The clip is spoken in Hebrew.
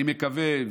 אני מקווה,